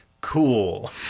Cool